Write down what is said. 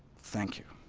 thank you.